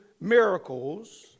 miracles